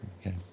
Okay